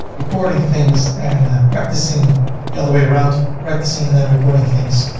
recording things and ah practicing the other way around, practicing and then recording things.